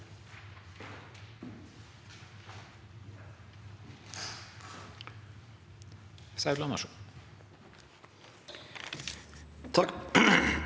Takk